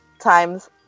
times